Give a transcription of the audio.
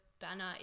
banner